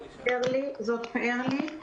זאת פאר לי.